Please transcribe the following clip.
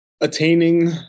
attaining